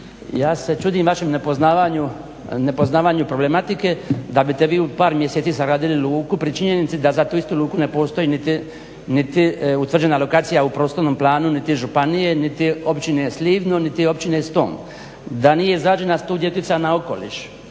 ja se čudim vašem nepoznavanju problematike da biste vi u par mjeseci sagradili luku pri činjenici da za tu istu luku ne postoji niti utvrđena lokacija u prostornom planu niti županije niti općine Slivno niti općine Ston. Da nije izrađena studija utjecaja na okoliš,